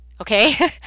Okay